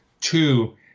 two